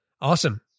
Awesome